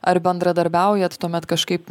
ar bendradarbiaujat tuomet kažkaip